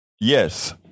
Yes